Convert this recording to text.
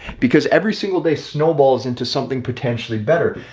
because every single day snowballs into something potentially better.